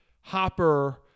Hopper